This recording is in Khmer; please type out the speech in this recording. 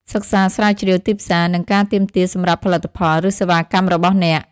សិក្សាស្រាវជ្រាវទីផ្សារ និងការទាមទារសម្រាប់ផលិតផល ឬសេវាកម្មរបស់អ្នក។